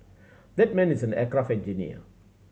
that man is an aircraft engineer